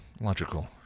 logical